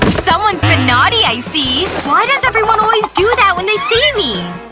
someone's been naughty, i see! why does everyone always do that when they see me?